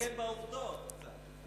לתקן בעובדות.